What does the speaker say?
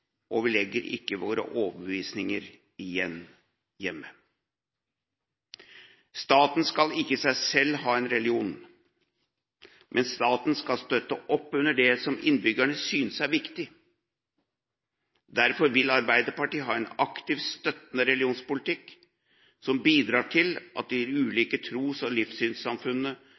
og vi legger ikke våre overbevisninger igjen hjemme. Staten skal ikke i seg selv ha en religion, men staten skal støtte opp under det som innbyggerne synes er viktig. Derfor vil Arbeiderpartiet ha en aktivt støttende religionspolitikk som bidrar til at de ulike tros- og livssynssamfunnene